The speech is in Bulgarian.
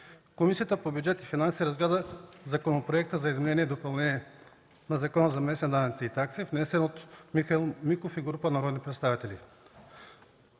Комисията по бюджет и финанси разгледа Законопроекта за изменение и допълнение на Закона за местните данъци и такси, внесен от Михаил Миков и група народни представители.